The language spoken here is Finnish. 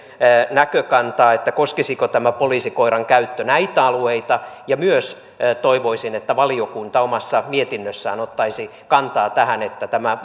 näkökantaa että koskisiko poliisikoiran käyttö näitä alueita ja myös toivoisin että valiokunta omassa mietinnössään ottaisi kantaa tähän että tämä